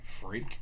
Freak